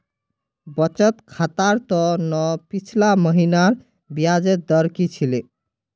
बचत खातर त न पिछला महिनार ब्याजेर दर की छिले